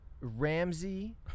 Ramsey